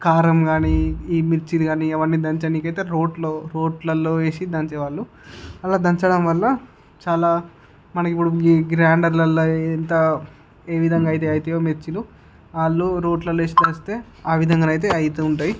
కారం కానీ ఈ మిర్చిలు కానీ అవన్నీ దంచడానికి అయితే రోళ్ళు రోళ్ళలో వేసి దంచేవారు అలా దంచడం వల్ల చాలా మనకు ఇప్పుడు ఈ గ్రైండర్లలో ఎంత ఏ విధంగా అయితే అయితాయో మిర్చీలు వాళ్ళు రోళ్ళలో వేసి దంచితే ఆ విధంగా అయితే అవుతుంటాయి